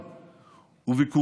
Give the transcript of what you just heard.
הוא הבין היטב